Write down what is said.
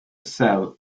sell